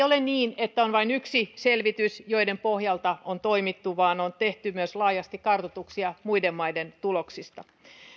ole niin että on vain yksi selvitys jonka pohjalta on toimittu vaan on tehty laajasti kartoituksia myös muiden maiden tuloksista